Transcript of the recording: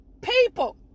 people